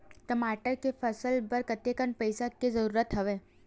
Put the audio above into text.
टमाटर के फसल बर कतेकन पानी के जरूरत हवय?